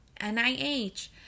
NIH